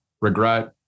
regret